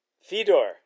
Fedor